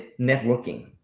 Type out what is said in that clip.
networking